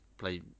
play